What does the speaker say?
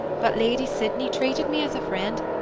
but lady sydney treated me as a friend,